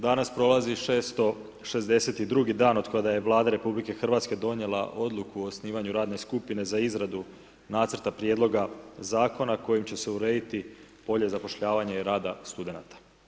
Danas prolazi 662 dan od kada je Vlada RH donijela Odluku o osnivanju radne skupine za izradu nacrta prijedloga zakona kojim će se urediti bolje zapošljavanje i rada studenata.